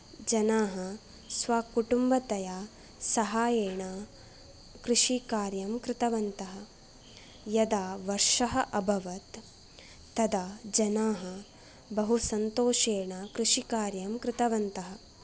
जनाः स्वकुटुम्बतया सहायेण कृषिकार्यं कृतवन्तः यदा वर्षः अभवत् तदा जनाः बहु सन्तोषेण कृषिकार्यं कृतवन्तः